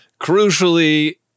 Crucially